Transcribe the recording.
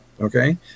Okay